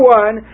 one